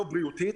לא בריאותית,